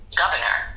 governor